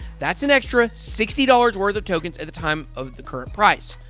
that's an extra sixty dollars worth of tokens at the time of the current price.